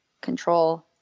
control